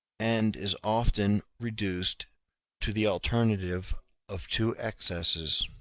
and is often reduced to the alternative of two excesses.